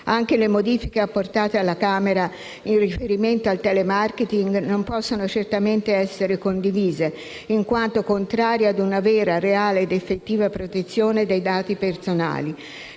Pure le modifiche apportate alla Camera in riferimento al *telemarketing* non possono certamente essere condivise, in quanto contrarie a una vera, reale ed effettiva protezione dei dati personali.